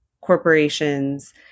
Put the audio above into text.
corporations